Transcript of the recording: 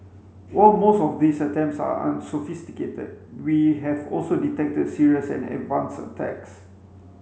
while most of these attempts are unsophisticated we have also detected serious and advanced attacks